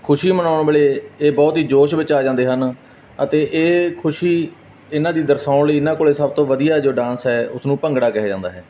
ਖੁਸ਼ੀ ਮਨਾਉਣ ਵੇਲੇ ਇਹ ਬਹੁਤ ਹੀ ਜੋਸ਼ ਵਿੱਚ ਆ ਜਾਂਦੇ ਹਨ ਅਤੇ ਇਹ ਖੁਸ਼ੀ ਇਹਨਾਂ ਦੀ ਦਰਸ਼ਾਉਣ ਲਈ ਇਹਨਾਂ ਕੋਲ ਸਭ ਤੋਂ ਵਧੀਆ ਜੋ ਡਾਂਸ ਹੈ ਉਸ ਨੂੰ ਭੰਗੜਾ ਕਿਹਾ ਜਾਂਦਾ ਹੈ